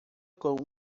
com